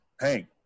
Hank